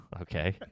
Okay